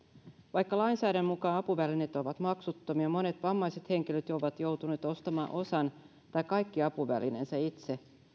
vaikka lainsäädännön mukaan apuvälineet ovat maksuttomia monet vammaiset henkilöt ovat joutuneet ostamaan osan tai kaikki apuvälineensä itse